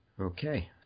Okay